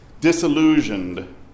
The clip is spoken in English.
disillusioned